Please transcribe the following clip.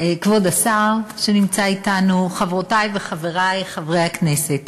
כבוד השר שנמצא אתנו, חברותי וחברי חברי הכנסת,